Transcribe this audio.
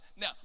Now